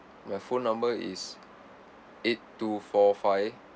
my phone number is eight two four five